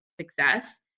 success